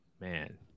Man